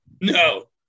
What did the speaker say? No